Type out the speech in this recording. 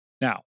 Now